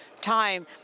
time